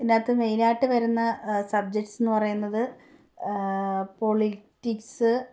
ഇതിനകത്ത് മെയിനായിട്ട് വരുന്ന സബ്ജെക്ട്സ് എന്നു പറയുന്നത് പോളിറ്റിക്സ്